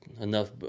enough